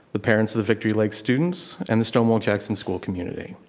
the parents of the victory lakes students and the stonewall jackson school community.